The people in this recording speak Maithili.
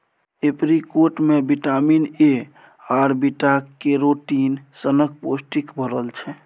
एपरीकोट मे बिटामिन ए आर बीटा कैरोटीन सनक पौष्टिक भरल छै